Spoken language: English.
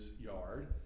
yard